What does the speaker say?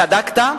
צדקת,